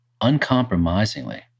uncompromisingly